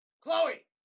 Chloe